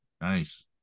Nice